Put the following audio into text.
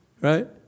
Right